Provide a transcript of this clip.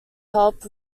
help